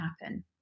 happen